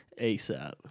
ASAP